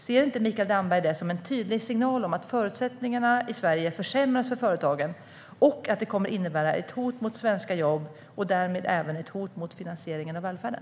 Ser inte Mikael Damberg det som en tydlig signal om att förutsättningarna i Sverige försämras för företagen och att det kommer innebära ett hot mot svenska jobb och därmed även ett hot mot finansieringen av välfärden?